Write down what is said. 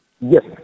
Yes